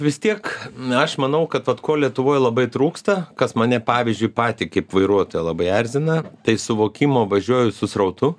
vis tiek aš manau kad vat ko lietuvoj labai trūksta kas mane pavyzdžiui patį kaip vairuotoją labai erzina tai suvokimo važiuoju su srautu